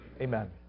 Amen